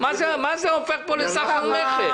למה זה הופך לסחר מכר?